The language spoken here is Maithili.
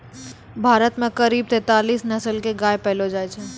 भारत मॅ करीब तेतालीस नस्ल के गाय पैलो जाय छै